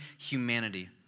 humanity